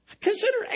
consider